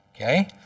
okay